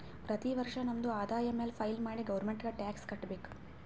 ಪ್ರತಿ ವರ್ಷ ನಮ್ದು ಆದಾಯ ಮ್ಯಾಲ ಫೈಲ್ ಮಾಡಿ ಗೌರ್ಮೆಂಟ್ಗ್ ಟ್ಯಾಕ್ಸ್ ಕಟ್ಬೇಕ್